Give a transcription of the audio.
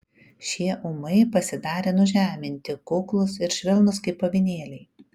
šie ūmai pasidarė nužeminti kuklūs ir švelnūs kaip avinėliai